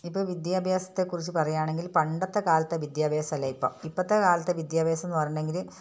ഇപ്പം വിദ്യാഭ്യാസത്തെ കുറിച്ചു പറയുകയാണെങ്കിൽ പണ്ടത്തെ കാലത്തെ വിദ്യാഭ്യാസം അല്ല ഇപ്പം ഇപ്പത്തെ കാലത്തെ വിദ്യാഭ്യാസം എന്നു പറഞ്ഞിട്ടുണ്ടെങ്കിൽ